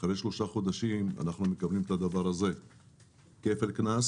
אחרי שלושה חודשים אנחנו מקבלים כפל קנס